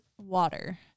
water